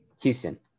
Houston